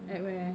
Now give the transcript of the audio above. at where